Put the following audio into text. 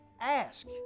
ask